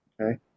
okay